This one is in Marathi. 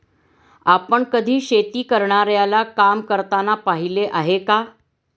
आपण कधी शेती करणाऱ्याला काम करताना पाहिले आहे का?